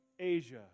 Asia